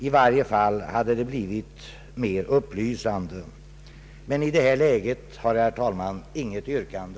I varje fall hade det blivit mer upplysande. I det här läget har jag, herr talman, inget yrkande.